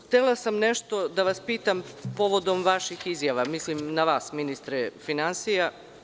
Htela sam nešto da vas pitam povodom vaših izjava, mislim na vas, ministre finansija.